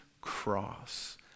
cross